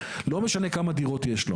לא משנה כמה דירות יש לו.